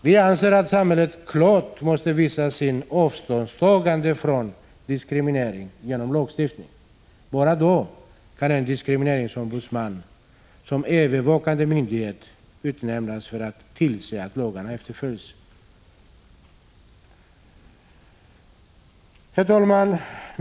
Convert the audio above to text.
Vi anser att samhället genom lagstiftning klart måste visa sitt avståndstagande från diskriminering. Bara då kan en diskrimineringsombudsman som övervakande myndighet utnämnas för att tillse att lagarna efterföljs. Herr talman!